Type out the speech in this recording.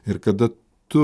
ir kada tu